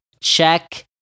Check